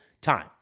time